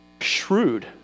shrewd